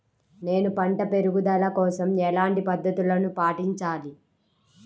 నేను పంట పెరుగుదల కోసం ఎలాంటి పద్దతులను పాటించాలి?